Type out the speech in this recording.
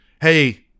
hey